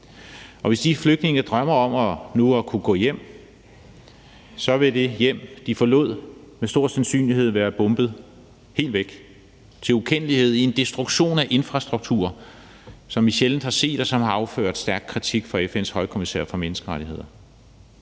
Hvis de flygtninge drømmer om nu at kunne tage hjem, vil det hjem, de forlod, med stor sandsynlighed være bombet helt væk, bombet til ukendelighed i en destruktion af infrastruktur, som vi sjældent har set, og som har affødt stærk kritik fra FN's højkommissær for menneskerettigheder.